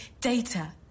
data